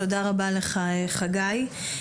תודה רבה לך, חגי.